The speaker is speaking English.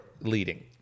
leading